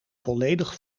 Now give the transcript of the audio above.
volledig